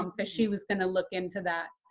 um but she was going to look into that.